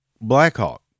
Blackhawk